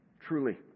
Truly